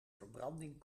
verbranding